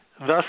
Thus